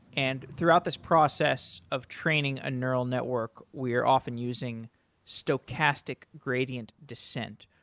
and throughout this process of training a neural network, we are often using stochastic gradient descent.